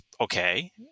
okay